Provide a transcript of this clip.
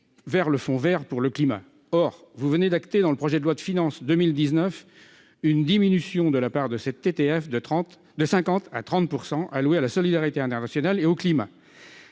vers le Fonds vert pour le climat. Or vous venez d'entériner, dans le projet de loi de finances pour 2019, une diminution de la part de cette TTF- de 50 à 30 % -allouée à la solidarité internationale et au climat